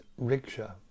Riksha